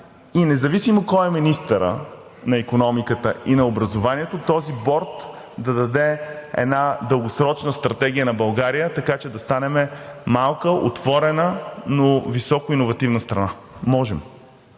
и независимо кой е министърът на икономиката и на образованието, този борд да даде една дългосрочна стратегия на България, така че да станем малка, отворена, но високо иновативна страна. Можем!